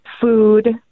Food